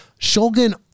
Shulgin